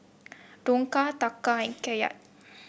Dong Taka and Kyat